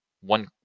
one